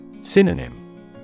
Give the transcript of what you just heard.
Synonym